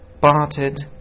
parted